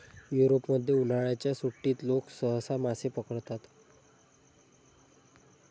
युरोपमध्ये, उन्हाळ्याच्या सुट्टीत लोक सहसा मासे पकडतात